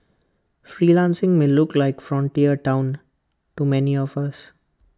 freelancing may look like frontier Town to many of us